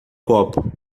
copo